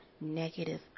negative